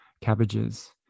cabbages